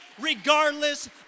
regardless